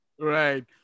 Right